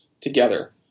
together